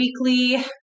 weekly